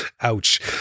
ouch